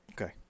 Okay